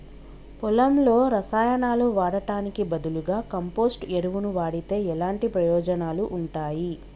పొలంలో రసాయనాలు వాడటానికి బదులుగా కంపోస్ట్ ఎరువును వాడితే ఎలాంటి ప్రయోజనాలు ఉంటాయి?